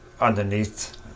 underneath